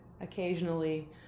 occasionally